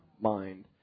mind